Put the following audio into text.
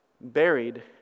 Buried